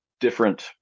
different